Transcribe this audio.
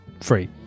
free